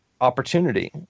opportunity